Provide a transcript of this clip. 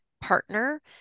partner